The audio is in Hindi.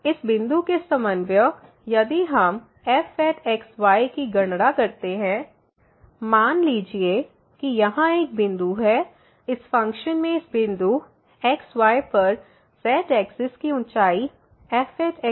इस बिंदु के समन्वय यदि हम fxy की गणना करते हैं मान लीजिए कि यहां यह एक बिंदु है इस फ़ंक्शन में इस बिंदु xy पर z एक्सिस की ऊंचाई fxyहै